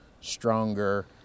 stronger